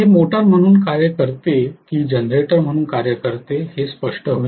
हे मोटर म्हणून कार्य करते की जनरेटर म्हणून कार्य करत आहे हे स्पष्ट होईल